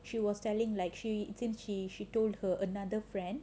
she was telling like and then she told her another friend